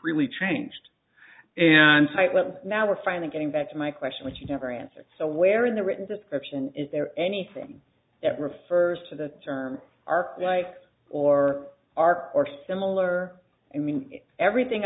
freely changed and tight but now we're finally getting back to my question which you never answered so where in the written description is there anything that refers to the term are like or arc or similar i mean everything